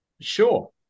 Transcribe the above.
Sure